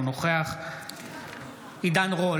אינו נוכח עידן רול,